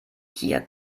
hier